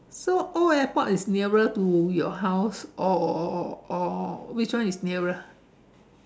so old airport is nearer to your house or or which one is nearer